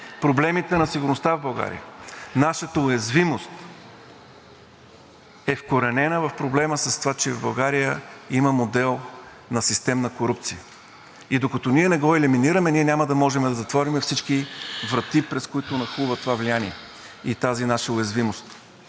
Проблемите на сигурността в България, нашата уязвимост е вкоренена в проблема с това, че в България има модел на системна корупция, и докато ние не го елиминираме, ние няма да можем да затворим всички врати, през които нахлува това влияние и тази наша уязвимост.